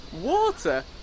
water